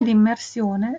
immersione